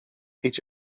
each